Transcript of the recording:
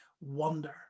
wonder